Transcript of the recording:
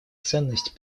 ценность